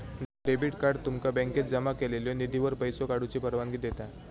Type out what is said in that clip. debit card तुमका बँकेत जमा केलेल्यो निधीवर पैसो काढूची परवानगी देता